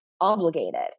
obligated